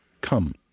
Come